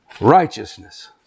Righteousness